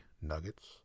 nuggets